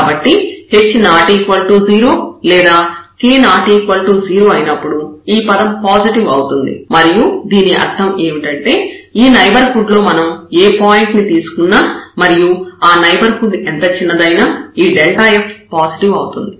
కాబట్టి h ≠ 0 లేదా k ≠ 0 అయినప్పుడు ఈ పదం పాజిటివ్ అవుతుంది మరియు దీని అర్థం ఏమిటంటే ఈ నైబర్హుడ్ లో మనం ఏ పాయింట్ ను తీసుకున్నా మరియు ఆ నైబర్హుడ్ ఎంత చిన్నదైనా ఈ f పాజిటివ్ అవుతుంది